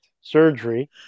surgery